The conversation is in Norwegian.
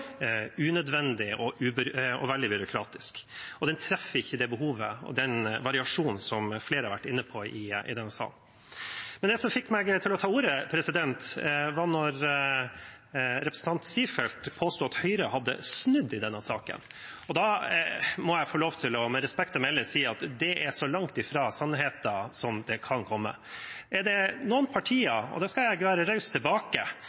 unødvendig og veldig byråkratisk og ikke treffer det behovet og den variasjonen som flere har vært inne på i denne salen. Det som fikk meg til å ta ordet, var at representanten Strifeldt påsto at Høyre har snudd i denne saken. Da må jeg – med respekt å melde – få lov til å si at det er så langt fra sannheten som man kan komme. Er det noen partier – nå skal jeg være raus tilbake